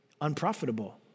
unprofitable